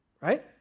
right